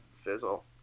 fizzle